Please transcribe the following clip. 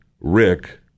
Rick